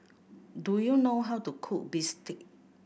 do you know how to cook bistake